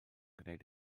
gwneud